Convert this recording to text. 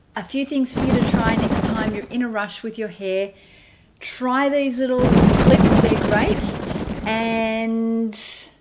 a few things for you to try next time you're in a rush with your hair try these little clips they're great and